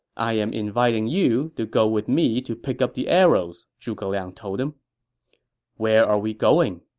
i am inviting you to go with me to pick up the arrows, zhuge liang told him where are we going?